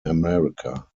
america